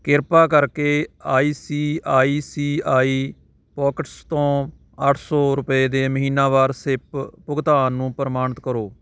ਕਿਰਪਾ ਕਰਕੇ ਆਈ ਸੀ ਆਈ ਸੀ ਆਈ ਪੋਕਿਟਸ ਤੋਂ ਅੱਠ ਸੌ ਰੁਪਏ ਦੇ ਮਹੀਨਾਵਾਰ ਸਿਪ ਭੁਗਤਾਨ ਨੂੰ ਪ੍ਰਮਾਣਿਤ ਕਰੋ